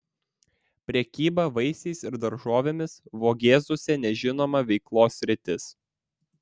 prekyba vaisiais ir daržovėmis vogėzuose nežinoma veiklos sritis